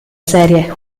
serie